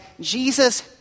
Jesus